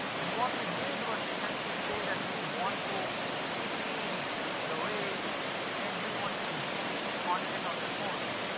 and what we did was to essentially say that we want to change the way everyone consumes content on their phones.